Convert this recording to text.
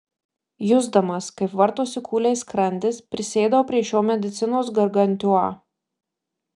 jusdamas kaip vartosi kūliais skrandis prisėdau prie šio medicinos gargantiua